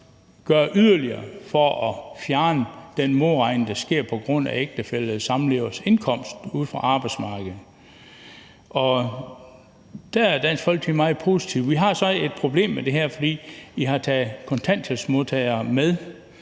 gøre yderligere for at fjerne den modregning, der sker på grund af ægtefælles eller samlevers indkomst fra arbejdsmarkedet. Der er Dansk Folkeparti meget positiv. Vi har så et problem med det her, fordi I har taget kontanthjælpsmodtagere med